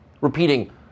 repeating